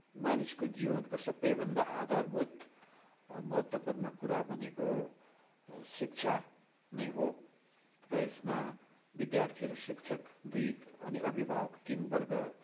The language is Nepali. मानिसको जीवनको सबैभन्दा आधारभूत महत्त्वपूर्ण कुरा भनेको शिक्षा नै हो र यसमा विद्यार्थीहरू शिक्षक दुई अनि अभिभावक तिन वर्ग